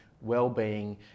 well-being